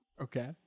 Okay